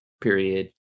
period